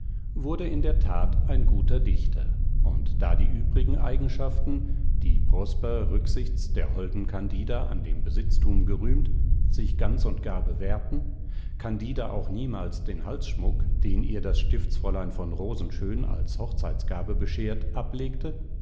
wurde in der tat ein guter dichter und da die übrigen eigenschaften die prosper rücksichts der holden candida an dem besitztum gerühmt sich ganz und gar bewährten candida auch niemals den halsschmuck den ihr das stiftsfräulein von rosenschön als hochzeitsgabe beschert ablegte